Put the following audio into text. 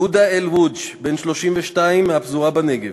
עודה אל-וודג', בן 32, מהפזורה בנגב,